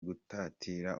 gutatira